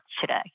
today